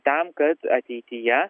tam kad ateityje